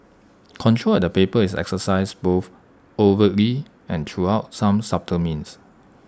control at the paper is exercised both overtly and through out some subtle means